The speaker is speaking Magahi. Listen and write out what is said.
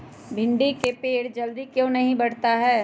भिंडी का पेड़ जल्दी क्यों नहीं बढ़ता हैं?